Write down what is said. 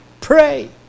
Pray